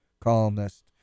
columnist